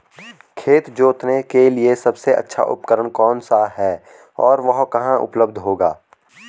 खेत जोतने के लिए सबसे अच्छा उपकरण कौन सा है और वह कहाँ उपलब्ध होगा?